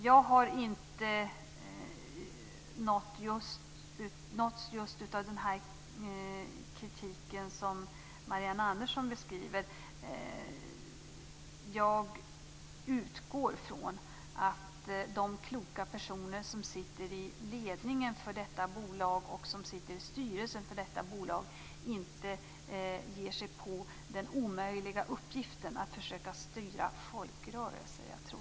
Jag har inte nåtts av just den kritik som Marianne Andersson beskriver. Jag utgår från att de kloka personer som sitter i ledningen för detta bolag, och som sitter i styrelsen för detta bolag, inte ger sig på den omöjliga uppgiften att försöka styra folkrörelser.